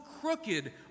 crooked